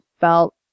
felt